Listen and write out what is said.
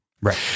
Right